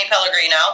Pellegrino